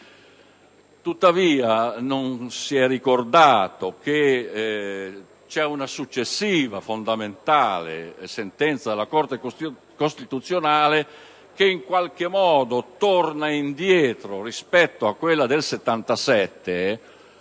Tuttavia, non è stato ricordato che una successiva e fondamentale sentenza della Corte costituzionale in qualche modo torna indietro rispetto a quella del 2007,